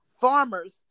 farmers